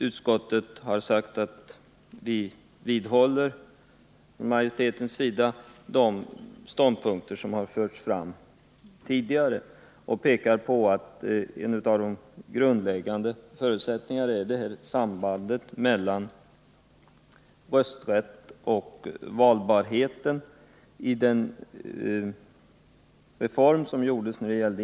Utskottsmajoriteten vidhåller de ståndpunkter som då togs och pekar på sambandet mellan rörsträtt och valbarhet.